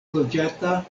loĝata